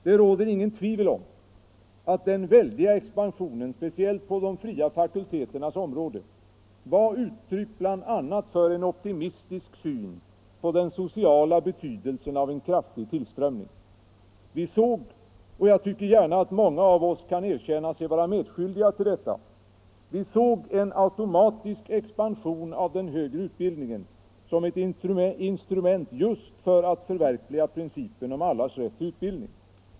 Det råder inget tvivel om att den väldiga expansionen, speciellt på de fria fakulteternas område, var uttryck bl.a. för en optimistisk syn på den sociala betydelsen av en kraftig tillströmning. Vi såg — och jag tycker gärna att många av oss kan erkänna sig vara medskyldiga till detta — en automatisk expansion av den högre utbildningen som ett in strument just för att förverkliga principen om allas rätt till utbildning.